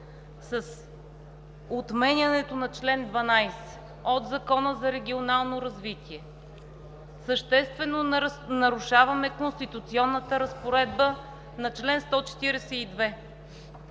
с отменянето на чл. 12 от Закона за регионалното развитие, съществено нарушаваме конституционната разпоредба на чл. 142.